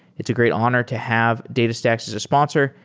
it's a great honor to have datastax as a sponsor,